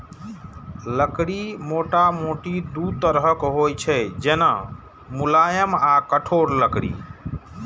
लकड़ी मोटामोटी दू तरहक होइ छै, जेना, मुलायम आ कठोर लकड़ी